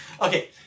Okay